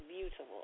beautiful